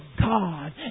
God